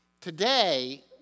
Today